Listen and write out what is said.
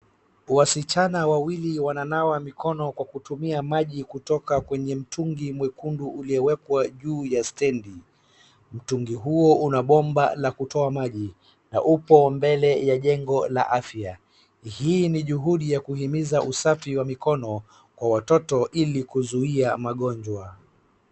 Wasichana wawili wananawa mikono kwa kutumia maji kutoka kwenye mtungi mwekundu uliowekwa juu ya standi. Mtungi huo una bomba la kutoa maji na upo mbele ya jengo ya fya. Hii ni juhudi ya kuhimiza usafi wa mikono kwa watoto ili kuzuia magonjwa.